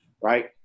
Right